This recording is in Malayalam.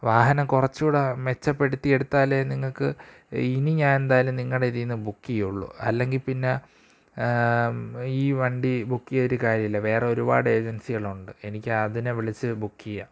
വാഹനം കുറച്ചുകൂടെ മെച്ചപ്പെടുത്തി എടുത്താലേ നിങ്ങള്ക്ക് ഇനി ഞാനെന്തായാലും നിങ്ങളുടെ ഇതീന്ന് ബൂക്കെയ്യൊള്ളു അല്ലെങ്കില് പിന്നെ ഈ വണ്ടി ബുക്കെയ്തിട്ട് കാര്യമില്ല വേറെ ഒരുപാട് ഏജൻസികളുണ്ട് എനിക്കതിനെ വിളിച്ച് ബുക്യ്യാം